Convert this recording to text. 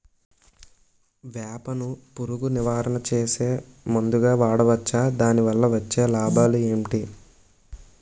వేప ను పురుగు నివారణ చేసే మందుగా వాడవచ్చా? దాని వల్ల వచ్చే లాభాలు ఏంటి?